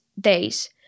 days